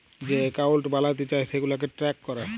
যে একাউল্ট বালাতে চায় সেগুলাকে ট্র্যাক ক্যরে